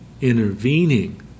intervening